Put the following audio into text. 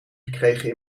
gekregen